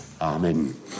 Amen